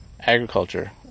agriculture